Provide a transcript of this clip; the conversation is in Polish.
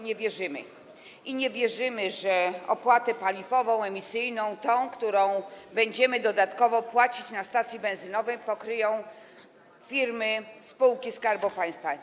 Nie wierzymy PiS-owi i nie wierzymy, że opłatę paliwową, emisyjną, tę, którą będziemy dodatkowo płacić na stacji benzynowej, pokryją firmy, spółki Skarbu Państwa.